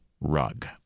rug